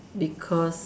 because